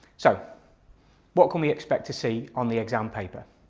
so what can we expect to see on the exam paper?